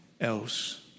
else